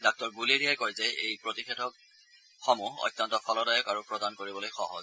ডাঃ গুলেৰিয়াই কয় যে এই প্ৰতিষেধকসমূহ অত্যন্ত ফলদায়ক আৰু প্ৰদান কৰিবলৈ সহজ